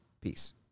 Peace